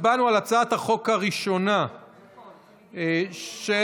הצעת חוק מגבלות על חזרתו של